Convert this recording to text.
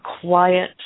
quiet